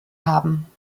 haben